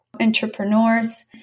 entrepreneurs